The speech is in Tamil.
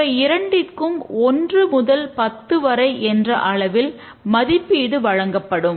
இவை இரண்டிற்கும் ஒன்று முதல் பத்து என்ற அளவில் மதிப்பீடு வழங்கப்படும்